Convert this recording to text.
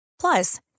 Plus